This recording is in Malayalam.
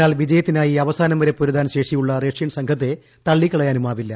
എന്നാൽ വിജയത്തിനായി അവസാനംവരെ പൊരുതാൻ ശേഷിയുള്ള റഷ്യൻ സംഘത്തെ തള്ളിക്കളയാനുമാവില്ല